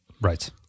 Right